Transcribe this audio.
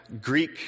Greek